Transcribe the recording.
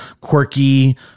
quirky